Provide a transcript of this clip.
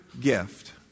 gift